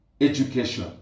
Education